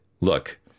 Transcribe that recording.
look